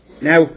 now